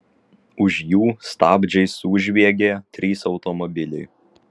už jų stabdžiais sužviegė trys automobiliai